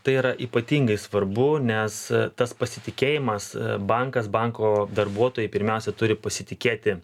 tai yra ypatingai svarbu nes tas pasitikėjimas bankas banko darbuotojai pirmiausia turi pasitikėti